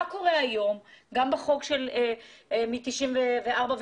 בחוק משנת 1994,